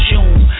June